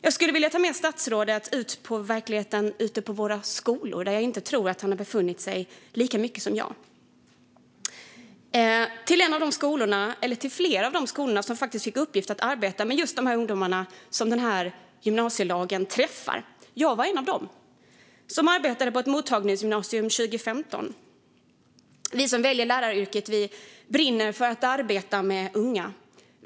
Jag skulle vilja ta med statsrådet ut i verkligheten på flera av de skolor som fick i uppgift att arbeta med just de ungdomar som gymnasielagen träffar. Jag tror inte att ministern har befunnit sig lika mycket där som jag har. Jag var en av dem som arbetade på ett mottagningsgymnasium 2015. Vi som väljer läraryrket brinner för att arbeta med unga.